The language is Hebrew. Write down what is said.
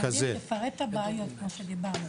תפרט את הבעיות כמו שדיברנו.